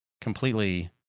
completely